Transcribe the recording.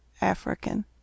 African